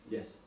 Yes